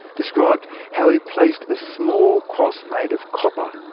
described how he placed a small cross made of copper,